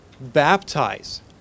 baptize